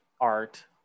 art